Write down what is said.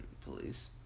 police